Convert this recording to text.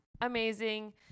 amazing